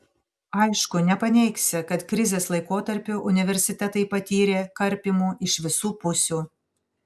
aišku nepaneigsi kad krizės laikotarpiu universitetai patyrė karpymų iš visų pusių